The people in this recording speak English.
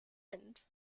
land